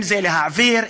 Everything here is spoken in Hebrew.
אם להעביר,